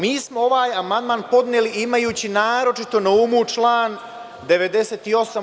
Mi smo ovaj amandman podneli imajući naročito na umu plan 98.